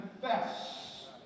confess